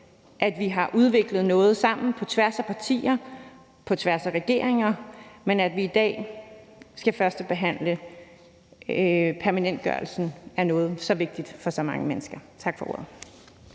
at vi har udviklet noget sammen på tværs af partier, på tværs af regeringer, og at vi i dag skal førstebehandle permanentgørelsen af noget så vigtigt for så mange mennesker. Tak for ordet.